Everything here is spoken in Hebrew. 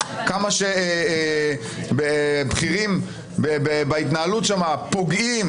כמה שבכירים פוגעים